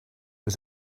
was